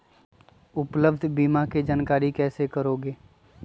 उपलब्ध बीमा के जानकारी कैसे करेगे?